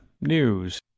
News